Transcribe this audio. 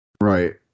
Right